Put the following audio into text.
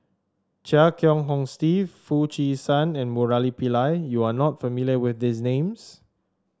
Chia Kiah Hong Steve Foo Chee San and Murali Pillai you are not familiar with these names